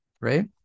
right